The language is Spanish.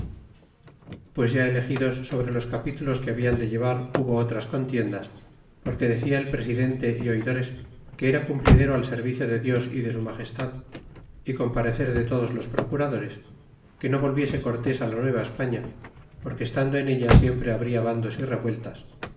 pues ya elegidos sobre los capítulos que habian de llevar hubo otras contiendas porque decia el presidente é oidores que era cumplidero al servicio de dios y de su magestad y con parecéide todos los procuradores que no volviese cortés la nueva españa porque estando en ella siempre habria bandos y revueltas